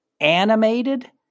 animated